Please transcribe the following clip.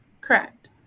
Correct